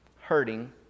hurting